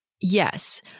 Yes